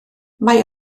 mae